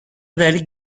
داری